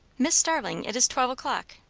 miss starling, it is twelve o'clock,